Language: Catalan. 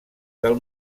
del